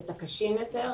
את הקשים יותר,